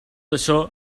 això